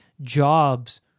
jobs